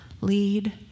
Lead